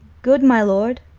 good my lord.